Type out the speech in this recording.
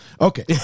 okay